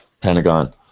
Pentagon